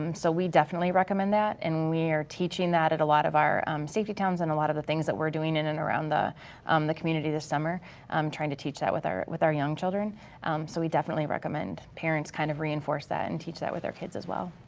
um so we definitely recommend that and we are teaching that at a lot of our safety towns in a lot of the things that we're doing in and around the um the community this summer um trying to teach that with our with our young children so we definitely recommend parents kind of reinforce that and teach that with kids as well.